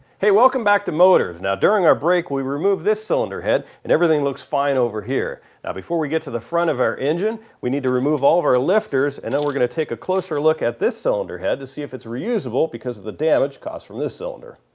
hey welcome back to motorz, now during our break we removed this cylinder head and everything looks fine over here, now before we get to the front of our engine we need to remove all of our lifters and then we're going to take a closer look at this cylinder head to see if it is reusable because of the damage caused from this cylinder.